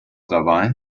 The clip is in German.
dabei